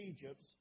Egypt